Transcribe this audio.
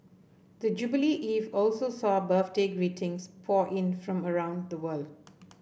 the jubilee eve also saw birthday greetings pour in from around the world